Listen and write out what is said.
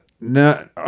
No